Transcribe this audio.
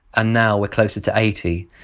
and now we're closer to eighty.